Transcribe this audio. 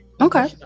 Okay